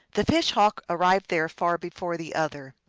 the fish-hawk arrived there far before the other.